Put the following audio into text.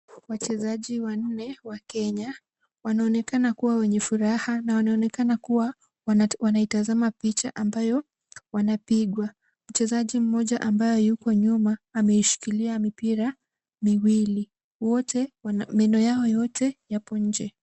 Wachezaji wanne wa Kenya wanaonekana kuwa wenye furaha na wanaonekana kuwa wanaitazama picha ambayo wanapigwa. Mchezaji mmoja ambaye yuko nyuma anaishikilia mipira miwili. Meno yao yote yako nje.